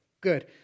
Good